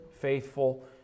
faithful